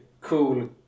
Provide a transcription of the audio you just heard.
cool